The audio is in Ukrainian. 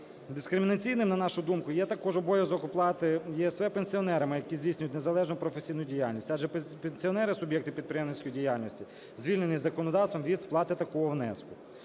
Дискримінаційним, на нашу думку, є також обов’язок оплати ЄСВ пенсіонерами, які здійснюють незалежну професійну діяльність. Адже пенсіонери – суб’єкти підприємницької діяльності звільнені законодавством від сплати такого внеску.